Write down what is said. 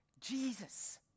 Jesus